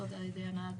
להצליב בין הנתונים.